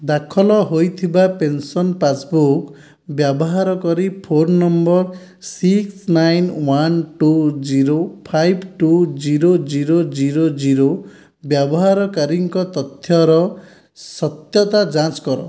ଦାଖଲ ହୋଇଥିବା pension passbook ବ୍ୟବହାର କରି ଫୋନ ନମ୍ବର six nine one two zero five two zero zero zero zero ବ୍ୟବହାରକାରୀଙ୍କ ତଥ୍ୟର ସତ୍ୟତା ଯାଞ୍ଚ କର